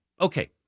Okay